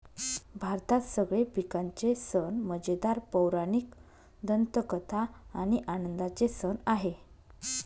भारतात सगळे पिकांचे सण मजेदार, पौराणिक दंतकथा आणि आनंदाचे सण आहे